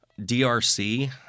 DRC